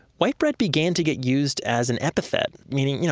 white bread began to get used as an epithet, meaning you know,